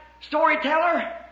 storyteller